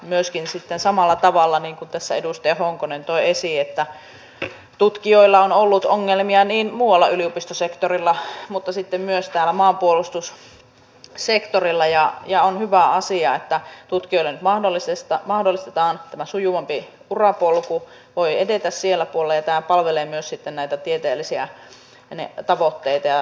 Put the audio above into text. myöskin samalla tavalla niin kuin tässä edustaja honkonen toi esiin tutkijoilla on ollut ongelmia muualla yliopistosektorilla mutta myös maanpuolustussektorilla ja on hyvä asia että tutkijoille nyt mahdollistetaan sujuvampi urapolku voi edetä siellä puolella ja tämä palvelee myös tieteellisiä tavoitteita ja tarkoitusta